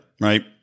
right